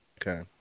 Okay